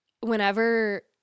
whenever